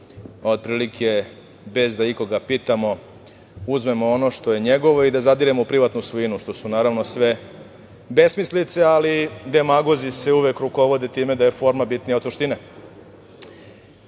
otprilike bez da ikoga pitamo, uzmemo ono što je njegovo i da zadiremo u privatnu svojinu, što su sve besmislice, ali demagozi se uvek rukovode time da je forma bitna od suštine. Čuo